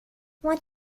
what